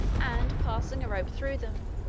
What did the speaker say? and, passing a rope through them,